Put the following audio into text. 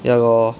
ya lor